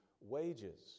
wages